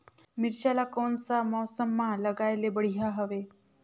मिरचा ला कोन सा मौसम मां लगाय ले बढ़िया हवे